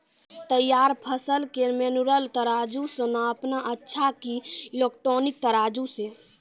तैयार फसल के मेनुअल तराजु से नापना अच्छा कि इलेक्ट्रॉनिक तराजु से?